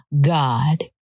God